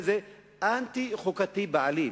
הוא אנטי-חוקתי בעליל.